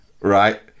right